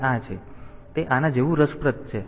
તેથી તે આના જેવું રસપ્રદ છે